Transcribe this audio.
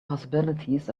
possibilities